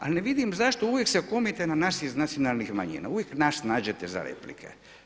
Ali ne vidim zašto uvijek se okomite na nas iz nacionalnih manjina, uvijek nas nađete za replike.